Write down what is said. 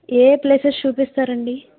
ఏ ఏ ప్లేసెస్ చూపిస్తారండి